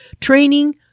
Training